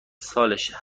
سالش